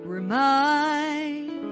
Remind